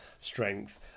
strength